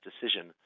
decision